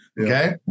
Okay